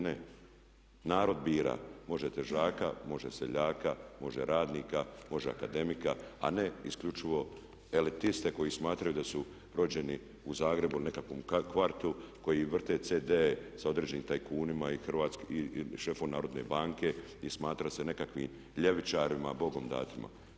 Ne, narod bira, može težaka, može seljaka, može radnika, može akademika, a ne isključivo elitiste koji smatraju da su rođeni u Zagrebu u nekakvom kvartu koji vrte cd-e sa određenim tajkunima i šefu Narodne banke i smatra se nekakvim ljevičarima bogom danima.